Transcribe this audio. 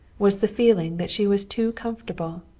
was the feeling that she was too comfortable.